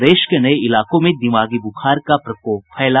प्रदेश के नये इलाकों में दिमागी बुखार का प्रकोप फैला